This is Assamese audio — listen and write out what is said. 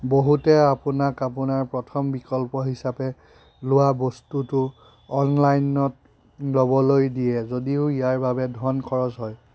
বহুতে আপোনাক আপোনাৰ প্ৰথম বিকল্প হিচাপে লোৱা বস্তুটো অনলাইনত ল'বলৈ দিয়ে যদিও ইয়াৰ বাবে ধন খৰচ হয়